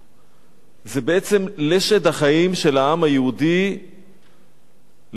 זה בעצם לשד החיים של העם היהודי לכל דורותיו.